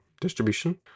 distribution